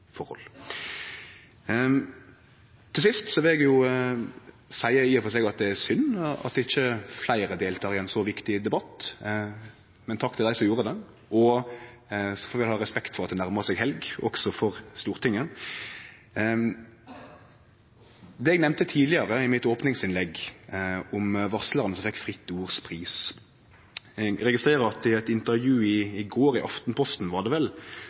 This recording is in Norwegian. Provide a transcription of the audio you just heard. forhold. Til sist vil eg seie at det i og for seg er synd at ikkje fleire deltek i ein så viktig debatt, men takk til dei som gjorde det. Så får vi ha respekt for at det nærmar seg helg, også for Stortinget. Til det eg nemnde tidlegare i opningsinnlegget mitt, om varslarane som fekk Fritt Ords Pris: Eg registrerer at i eit intervju i går – i Aftenposten, var det vel